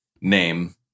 name